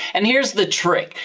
and here's the trick,